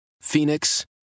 Phoenix